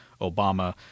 Obama